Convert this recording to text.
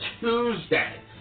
Tuesday